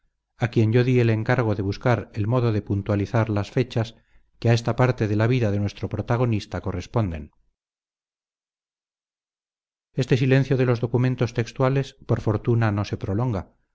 a quien yo di el encargo de buscar el modo de puntualizar las fechas que a esta parte de la vida de nuestro protagonista corresponden este silencio de los documentos textuales por fortuna no se prolonga